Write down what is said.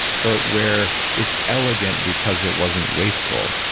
but where it's elegant because it wasn't wasteful.